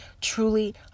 truly